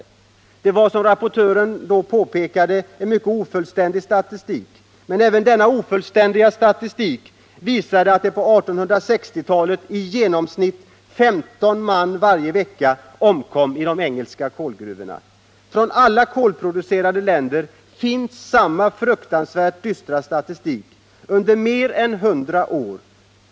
Det var som rapportören påpekade en mycket ofullständig statistik, men även denna ofullständiga statistik visade att på 1860-talet i genomsnitt 15 man varje vecka omkom i de engelska kolgruvorna. Från alla kolproducerande länder finns samma frukansvärt dystra statistik under mer än 100 år.